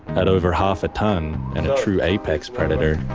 at over half a ton and a true apex predator,